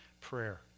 prayer